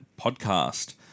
podcast